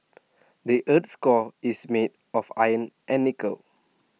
the Earth's core is made of iron and nickel